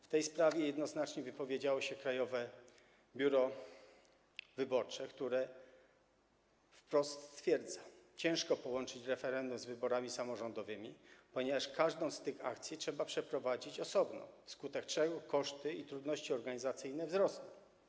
W tej sprawie jednoznacznie wypowiedziało się Krajowe Biuro Wyborcze, które wprost stwierdza: Ciężko połączyć referendum z wyborami samorządami, ponieważ każdą z tych akcji trzeba przeprowadzić osobno, wskutek czego koszty i trudności organizacyjne wzrosną.